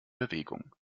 bewegung